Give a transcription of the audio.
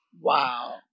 Wow